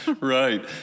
Right